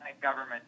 government